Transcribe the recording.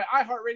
iHeartRadio